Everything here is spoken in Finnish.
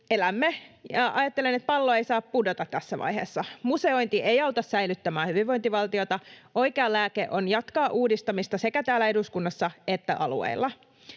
elämme, ja ajattelen, että pallo ei saa pudota tässä vaiheessa. Museointi ei auta säilyttämään hyvinvointivaltiota, oikea lääke on jatkaa uudistamista sekä täällä eduskunnassa että alueilla.